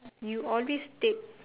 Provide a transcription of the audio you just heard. you always take